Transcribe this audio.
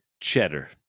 cheddar